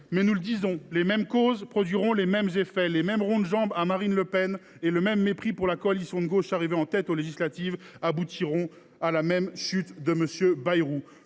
déni. Nous le répétons, les mêmes causes produiront les mêmes effets : les mêmes ronds de jambe à Marine Le Pen et le même mépris pour la coalition de gauche arrivée en tête aux législatives aboutiront à la même chute de M. Bayrou.